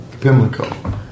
Pimlico